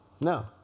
No